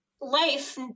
life